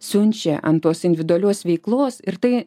siunčia ant tos individualios veiklos ir tai